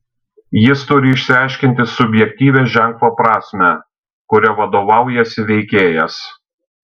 jis turi išsiaiškinti subjektyvią ženklo prasmę kuria vadovaujasi veikėjas